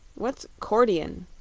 what's cordeon?